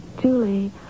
Julie